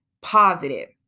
positive